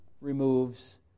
removes